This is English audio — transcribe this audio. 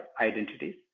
identities